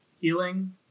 healing